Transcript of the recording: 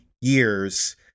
years